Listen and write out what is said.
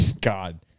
God